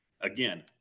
Again